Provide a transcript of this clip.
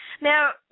Now